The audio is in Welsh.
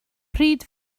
pryd